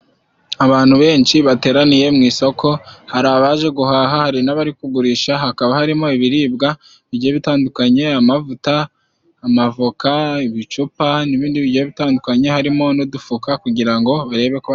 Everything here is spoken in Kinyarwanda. Abantu benshi bateraniye mu isoko, hari abaje guhaha hari n'abari kugurisha. Hakaba harimo ibiribwa bigiye bitandukanye amavuta, amavoka, ibicupa n'ibindi bigiye bitandukanye harimo n'udufuka kugira ngo barebe ko.